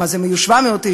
אז הם יהיו 700 איש,